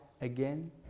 again